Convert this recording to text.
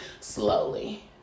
slowly